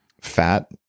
fat